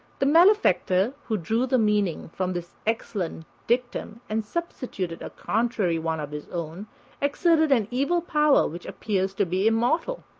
the malefactor who drew the meaning from this excellent dictum and substituted a contrary one of his own exerted an evil power which appears to be immortal.